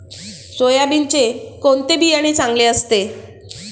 सोयाबीनचे कोणते बियाणे चांगले असते?